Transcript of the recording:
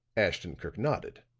ashton-kirk nodded,